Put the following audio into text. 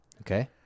Okay